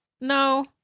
No